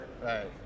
Right